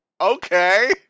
Okay